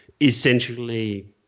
essentially